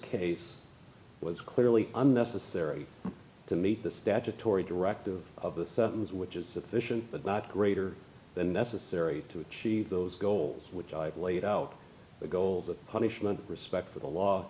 case was clearly unnecessary to meet the statutory directive of the thousands which is sufficient but not greater than necessary to achieve those goals which i've laid out the goal the punishment respect for the law